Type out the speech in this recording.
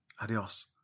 Adios